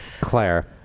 Claire